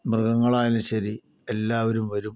മൃഗങ്ങളായാലും ശരി എല്ലാവരും വരും